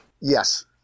Yes